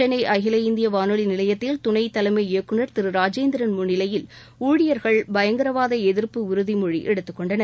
சென்னை அகில இந்திய வானொலி நிலையத்தில் துணை தலைமை இயக்குனர் திரு ராஜேந்திரன் முன்னிலையில் ஊழியர்கள் பயங்கரவாத எதிர்ப்பு உறுதிமொழி எடுத்துக் கொண்டனர்